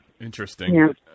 Interesting